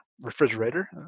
refrigerator